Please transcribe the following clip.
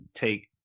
take